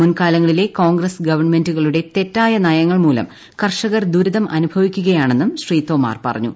മുൻകാലങ്ങളിലെ കോൺഗ്രസ് ഗവൺമെന്റുകളുടെ തെറ്റായ നയങ്ങൾ മൂലം കർഷകർ ദുരിതം അനുഭവിക്കകയാണെന്നും ശ്രീ തൊമാർ പറഞ്ഞു